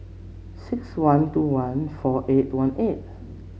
six one two one four eight one eight